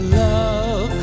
love